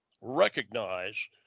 recognize